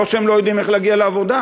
לא שהם לא יודעים איך להגיע לעבודה,